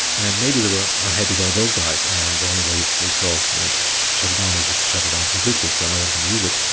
and maybe they were unhappy about those guys and the only way they saw to shut it down was just shut it down completely, so no one could use it.